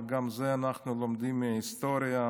וגם את זה אנחנו לומדים מההיסטוריה.